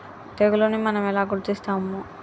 తెగులుని మనం ఎలా గుర్తిస్తాము?